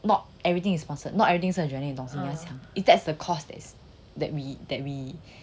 not everything is sponsored not everything 是 adreline 的东西 if that's the cost that we that we